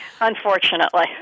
unfortunately